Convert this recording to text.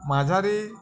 মাঝারি